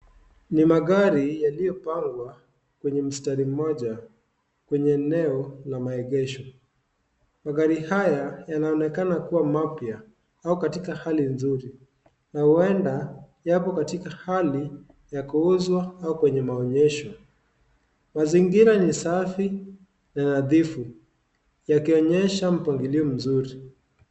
Ni magari yaliyopangwa kwenye mstari mmoja. Kenye eneo la maegesho. Magari haya yanaonekana kubwa mapya au katika hali nzuri. Na huenda yako katika hali, ya kuuzwa au kwenye maonyesho. Mazingira ni safi na nadhifu yakionyesha mpangilio mzuri.